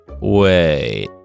Wait